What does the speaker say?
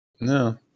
No